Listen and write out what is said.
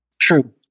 True